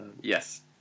Yes